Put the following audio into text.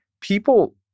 people